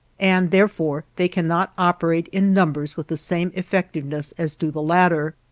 and therefore they cannot operate in numbers with the same effectiveness as do the latter.